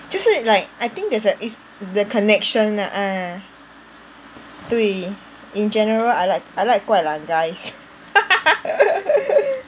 就是 like I think there's a if there's a connection ah 对 in general I like I like guai-lan guys